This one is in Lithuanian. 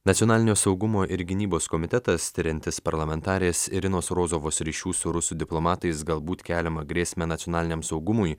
nacionalinio saugumo ir gynybos komitetas tiriantis parlamentarės irinos rozovos ryšių su rusų diplomatais galbūt keliamą grėsmę nacionaliniam saugumui